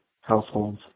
households